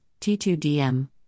T2DM